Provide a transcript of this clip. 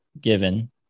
given